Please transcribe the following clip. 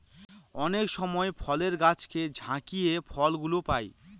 অনেক সময় ফলের গাছকে ঝাকিয়ে ফল গুলো পাই